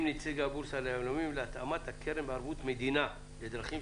נציגי הבורסה ליהלומים להתאמת הקרן בערבות מדינה לצרכים